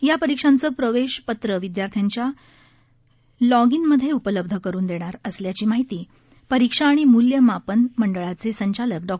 यापरीक्षांचंप्रवेशपत्रविद्यार्थ्याच्यालॉगइनमध्येउपलब्धकरूनदेणारअसल्याचीमाहितीपरीक्षा आणिमूल्यमापनमंडळाचेसंचालकडॉ